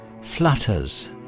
flutters